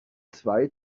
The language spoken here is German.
zwei